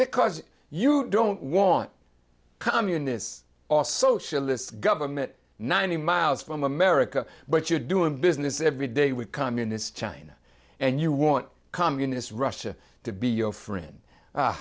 because you don't want communist or socialist government ninety miles from america but you're doing business every day with communist china and you want communist russia to be your friend